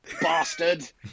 bastard